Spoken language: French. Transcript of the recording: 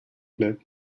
plait